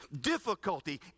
difficulty